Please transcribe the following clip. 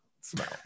smell